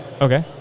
Okay